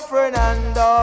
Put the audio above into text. Fernando